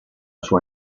sua